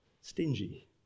stingy